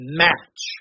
match